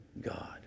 God